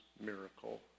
miracle